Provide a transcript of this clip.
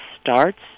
starts